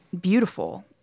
beautiful